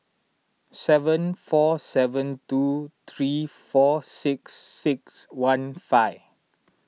seven four seven two three four six six one five